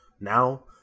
now